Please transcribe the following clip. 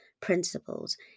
principles